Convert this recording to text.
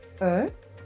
earth